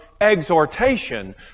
exhortation